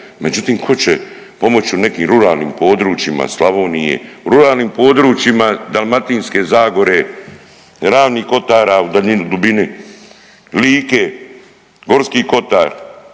međutim, tko će pomoći u nekim ruralnim područjima Slavonije, u ruralnim područjima Dalmatinske zagore, Ravnih kotara, u daljini, dubini, Like, Gorski kotar,